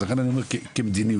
אני אומר את זה כמדיניות,